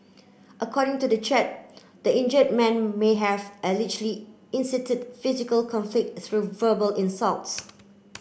according to the chat the injured man may have allegedly incited physical conflict through verbal insults